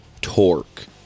Torque